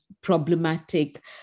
problematic